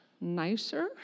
nicer